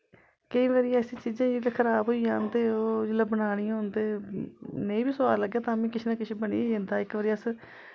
केईं बारी ऐसी चीजां जेह्ड़ी खराब होई जान ते ओह् जिसलै बनानियां होन ते नेईं वी सोआद लग्गै तां बी किश ना किश बनी गै जंदा इक वारी अस